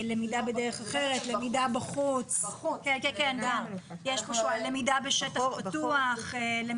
למידה בדרך אחרת, למידה בחוץ, למידה בשטח פתוח.